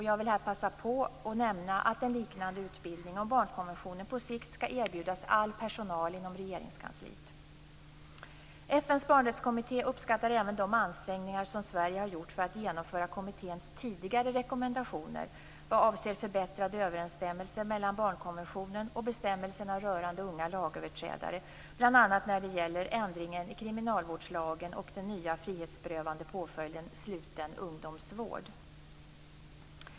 Jag vill här passa på att nämna att en liknande utbildning om barnkonventionen på sikt skall erbjudas all personal inom Regeringskansliet. FN:s barnrättskommitté uppskattar även de ansträngningar som Sverige har gjort för att genomföra kommitténs tidigare rekommendationer vad avser förbättrad överensstämmelse mellan barnkonventionen och bestämmelserna rörande unga lagöverträdare, bl.a. när det gäller ändringen i kriminalvårdslagen och den nya frihetsberövande påföljden - sluten ungdomsvård.